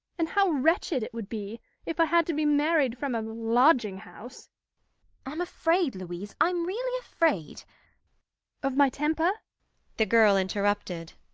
and how wretched it would be if i had to be married from a lodging-house i'm afraid, louise i'm really afraid of my temper the girl interrupted.